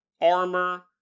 armor